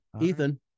ethan